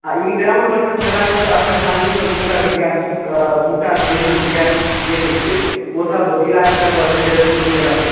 हॅं आ ई ग्राउण्ड पर सँ खेलाकए एखन हालहिमे दूटा विद्यार्थी दूटा ट्रेनी विद्यार्थी जे कहै छै ओ सब जिला स्तरपर खेलयलए शुरू केलक अछि